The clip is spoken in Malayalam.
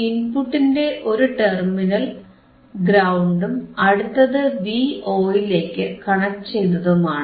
ഇൻപുട്ടിന്റെ ഒരു ടെർമിനൽ ഗ്രൌണ്ടും അടുത്തത് Vo ലേക്ക് കണക്ട് ചെയ്തതുമാണ്